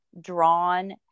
drawn